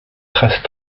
trace